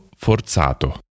Forzato